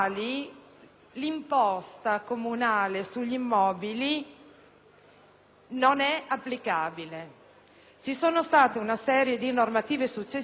non è applicabile. Ci sono state una serie di normative successive che hanno richiesto che i fabbricati rurali venissero iscritti al catasto,